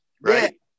Right